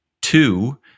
Two